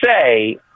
say